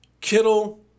Kittle